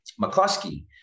McCluskey